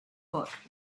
book